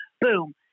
boom